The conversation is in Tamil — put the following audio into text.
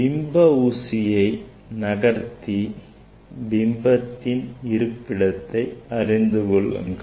பிம்ப ஊசியை நகர்த்தி பிம்பத்தின் இருப்பிடத்தை அறிந்து கொள்ளுங்கள்